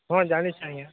ହଁ ଜାଣିିଛେଁ ଆଜ୍ଞା